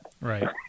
right